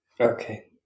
Okay